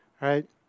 right